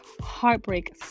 heartbreak